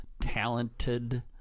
talented